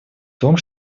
том